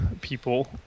people